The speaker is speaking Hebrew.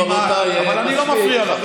אבל אני לא מפריע לך.